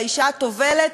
לאישה הטובלת,